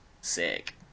sick